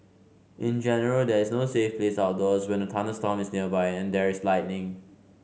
in general there is no safe place outdoors when a thunderstorm is nearby and there is lightning